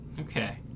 Okay